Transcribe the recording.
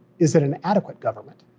is it an adequate government?